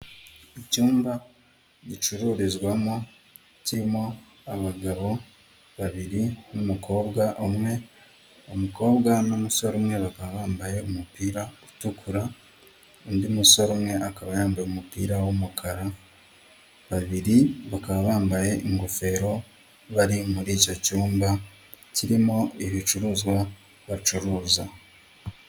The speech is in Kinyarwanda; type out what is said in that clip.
Icyumba gicururizwamo kirimo abagabo babiri n'umukobwa umwe, umukobwa n'umusore umwe bakaba bambaye umupira utukura undi musore umwe akaba yambaye umupira w'umukara, babiri bakaba bambaye ingofero bari muri icyo cyumba kirimo ibicuruzwa bacuruza.